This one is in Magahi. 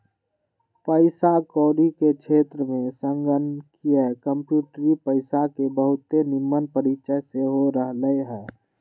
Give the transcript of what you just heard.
पइसा कौरी के क्षेत्र में संगणकीय कंप्यूटरी पइसा के बहुते निम्मन परिचय सेहो रहलइ ह